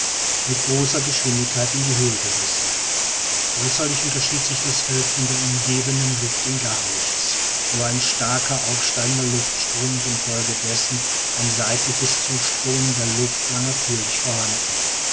mit großer geschwindigkeit in die höhe gerissen äußerlich unterschied sich das feld von der umgebenden luft in gar nichts nur ein starker aufsteigender luftstrom und infolgedessen ein seitliches zuströmen der luft war natürlich vorhanden